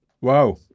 Wow